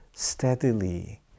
Steadily